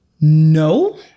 No